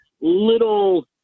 little